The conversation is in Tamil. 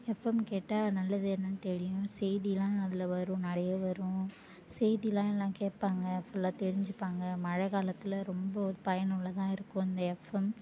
எஃப்எம் கேட்டால் நல்லது என்னென்னு தெரியும் செய்திலாம் அதில் வரும் நிறைய வரும் செய்திலாம் எல்லாம் கேட்பாங்க ஃபுல்லாக தெரிஞ்சுப்பாங்க மழை காலத்தில் ரொம்ப ஒரு பயனுள்ளதாக இருக்கும் இந்த எஃப்எம்